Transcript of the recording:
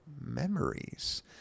memories